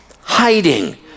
hiding